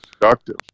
productive